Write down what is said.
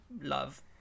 love